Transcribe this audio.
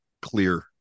clear